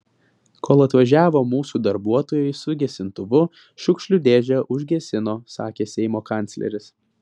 kol atvažiavo mūsų darbuotojai su gesintuvu šiukšlių dėžę užgesino sakė seimo kancleris